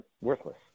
worthless